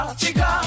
chica